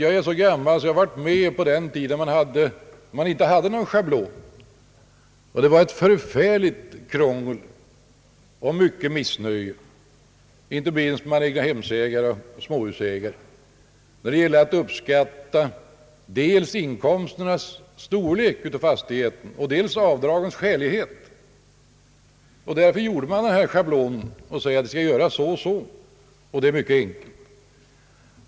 Jag är så gammal att jag var med på den tiden då man inte hade någon schablon, och det blev ett förfärligt krångel och mycket missnöje inte minst bland egnahemsoch småhusägare på grund av svårigheten att uppskatta storleken av inkomsten för fastigheten och avgöra avdragens skälighet. Därför beslutade man denna schablon som har förenklat det hela.